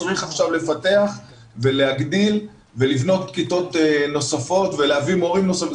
צריך עכשיו לפתח ולהגדיל ולבנות כיתות נוספות ולהביא מורים נוספים.